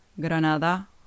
Granada